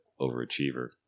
overachiever